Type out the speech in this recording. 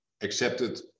accepted